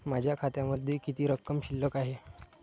माझ्या खात्यामध्ये किती रक्कम शिल्लक आहे?